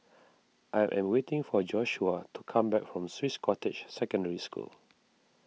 I am waiting for Joshuah to come back from Swiss Cottage Secondary School